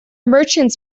merchants